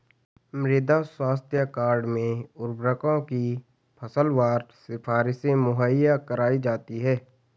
मृदा स्वास्थ्य कार्ड में उर्वरकों की फसलवार सिफारिशें मुहैया कराई जाती है